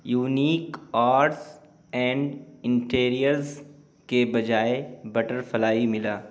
unique arts and interiors کے بجائے butterfly ملا